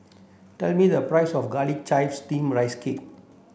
tell me the price of garlic chives steamed rice cake